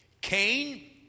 Cain